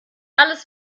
alles